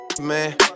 man